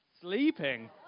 Sleeping